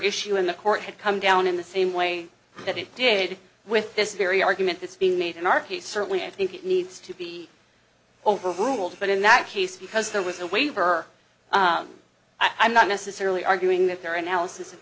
issue in the court had come down in the same way that it did with this very argument that's being made in our case certainly i think it needs to be overruled but in that case because there was a waiver i'm not necessarily arguing that their analysis of